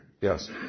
yes